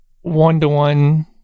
one-to-one